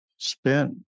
Spent